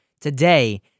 today